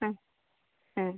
ആ ആ